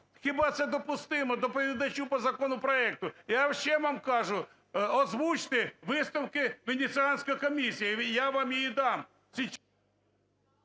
Хіба це допустимо доповідачу по законопроекту? Я ще вам кажу озвучте висновки Венеціанської комісії. Я вам їх дам…